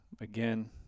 again